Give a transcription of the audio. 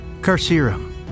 Carcerum